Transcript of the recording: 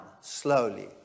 slowly